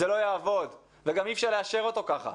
זה לא יעבוד וגם אי אפשר לאשר אותו ככה.